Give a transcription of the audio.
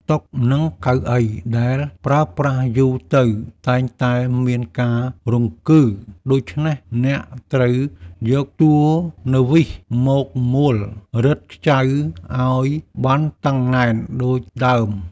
តុ និងកៅអីដែលប្រើប្រាស់យូរទៅតែងតែមានការរង្គើ ដូច្នេះអ្នកត្រូវយកទួណឺវីសមកមួលរឹតខ្ចៅឱ្យបានតឹងណែនដូចដើម។